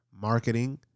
marketing